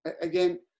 again